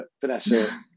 Vanessa